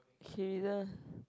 okay